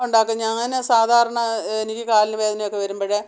ഉണ്ടാക്കും ഞാൻ സാധാരണ എനിക്ക് കാലിന് വേദനയൊക്കെ വരുമ്പോൾ